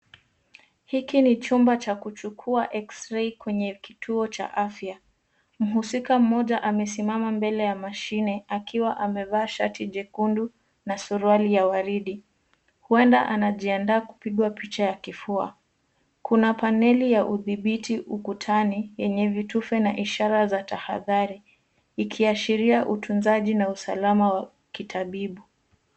Hiki ni chumba cha kuchukua eksrei kwenye kituo cha afya. Mhusika mmoja amesimama mbele ya mashine akiwa amevaa shati jekundu na suruali ya waridi. Huenda anajiandaa kupigwa picha ya kifua. Kuna paneli ya udhibiti ukutani yenye vitufe na ishara za tahadhari ikiashiria utunzaji na usalama wa kitabibu.